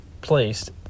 placed